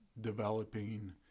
developing